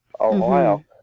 Ohio